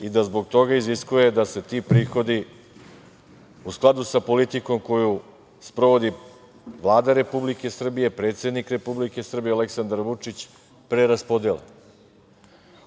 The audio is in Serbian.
i da zbog toga iziskuje da se ti prihodi u skladu sa politikom koju sprovodi Vlada Republike Srbije, predsednik Republike Srbije, Aleksandar Vučić preraspodele,